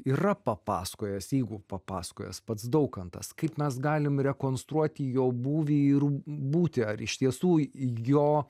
yra papasakojęs jeigu papasakojęs pats daukantas kaip mes galim rekonstruoti jo būvį ir būtį ar iš tiesų jo